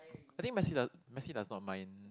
I mean Messi does Messi does not mind